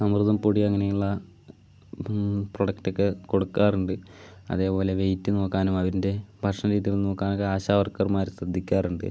അമൃതം പൊടി അങ്ങനെയുള്ള പ്രൊഡക്റ്റൊക്കെ കൊടുക്കാറുണ്ട് അതേപോലെ വെയ്റ്റ് നോക്കാനും അതിൻ്റെ ഭക്ഷണരീതികള് നോക്കാനൊക്കെ ആശാ വർക്കർമാര് ശ്രദ്ധിക്കാറുണ്ട്